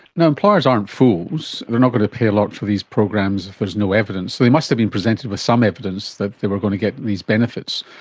now, employers aren't fools, they're not going to pay a lot for these programs if there is no evidence, so they must been presented with some evidence that they were going to get these benefits.